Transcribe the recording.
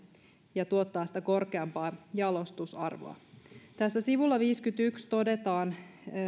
ja tuottaa sitä korkeampaa jalostusarvoa tässä sivulla viiteenkymmeneenyhteen todetaan